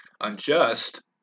unjust